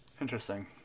Interesting